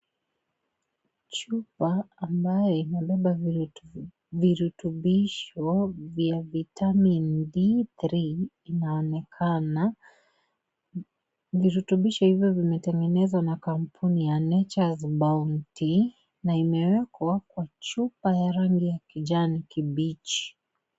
Chupa ambayo inabeba virutubishi vya vitamini D3 inaonekana. Virutubishi hivyo zimetengenezwa na kampuni ya Nature's bounty na imewekwa kwa chupa ya rangi ya kijani kibichi.